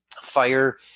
fire